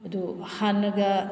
ꯑꯗꯨ ꯍꯥꯟꯅꯒ